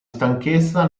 stanchezza